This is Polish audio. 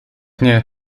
nie